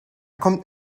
kommt